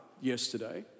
yesterday